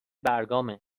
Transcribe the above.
برگامه